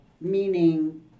meaning